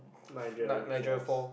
Niagarian Falls